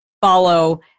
follow